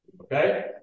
Okay